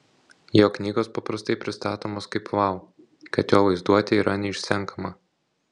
jo knygos paprastai pristatomos kaip vau kad jo vaizduotė yra neišsenkama